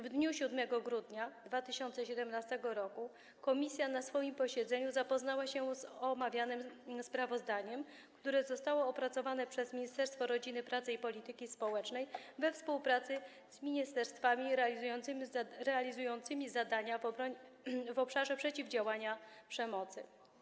W dniu 7 grudnia 2017 r. komisja na swoim posiedzeniu zapoznała się z omawianym sprawozdaniem, które zostało opracowane przez Ministerstwo Rodziny, Pracy i Polityki Społecznej we współpracy z ministerstwami realizującymi zadania w obszarze przeciwdziałania przemocy.